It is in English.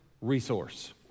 resource